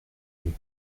mieux